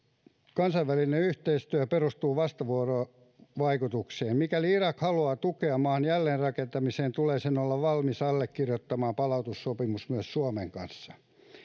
kansainvälinen yhteistyö perustuu vastavuoroisuuteen mikäli irak haluaa tukea maan jälleenrakentamiseen tulee sen olla valmis allekirjoittamaan palautussopimus myös suomen kanssa